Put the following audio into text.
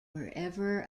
wherever